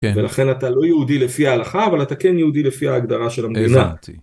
‫ולכן אתה לא יהודי לפי ההלכה, ‫אבל אתה כן יהודי לפי ההגדרה של המדינה. ‫-הבנתי.